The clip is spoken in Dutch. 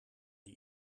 die